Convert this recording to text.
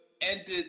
ended